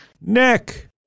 Nick